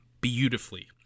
beautifully